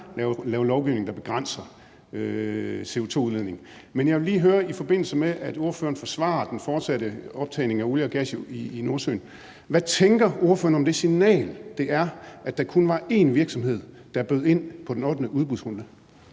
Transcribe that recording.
lave lovgivning, der begrænser CO2-udledning. Men jeg vil, i forbindelse med at ordføreren forsvarer den fortsatte optagning af olie og gas i Nordsøen, lige høre, hvad ordføreren tænker om det signal, det er, at der kun var én virksomhed, der bød ind på den ottende udbudsrunde.